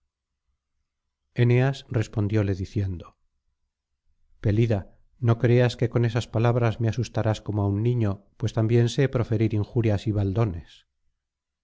eneas respondióle diciendo pelida no creas que con esas palabras me asustarás como á un niño pues también sé proferir injurias y baldones